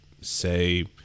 say